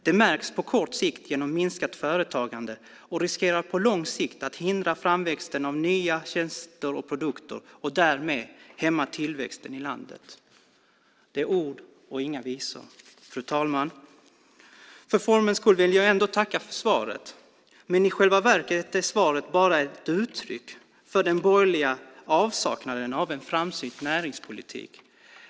Det märks på kort sikt genom minskat företagande och riskerar på lång sikt att hindra framväxten av nya tjänster och produkter och därmed hämma tillväxten i landet. Det är ord och inga visor. Fru talman! För formens skull vill jag ändå tacka för svaret, men i själva verket är svaret bara ett uttryck för den borgerliga avsaknaden av en framsynt näringspolitik.